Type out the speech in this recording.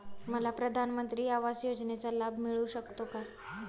मला प्रधानमंत्री आवास योजनेचा लाभ मिळू शकतो का?